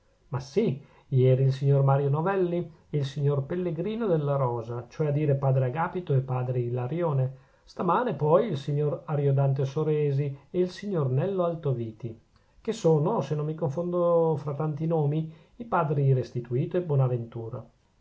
ma sì ieri il signor mario novelli e il signor pellegrino della rosa cioè a dire padre agapito e padre ilarione stamane poi il signor ariodante soresi e il signor nello altoviti che sono se non mi confondo fra tanti nomi i padri restituto e bonaventura